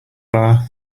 bar